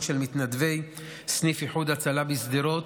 של מתנדבי סניף איחוד הצלה בשדרות,